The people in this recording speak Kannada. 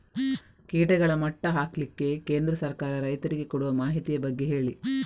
ಕೀಟಗಳ ಮಟ್ಟ ಹಾಕ್ಲಿಕ್ಕೆ ಕೇಂದ್ರ ಸರ್ಕಾರ ರೈತರಿಗೆ ಕೊಡುವ ಮಾಹಿತಿಯ ಬಗ್ಗೆ ಹೇಳಿ